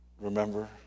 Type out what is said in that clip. remember